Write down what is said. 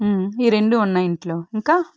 ఈ రెండూ ఉన్నాయి ఇంట్లో ఇంకా